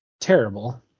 terrible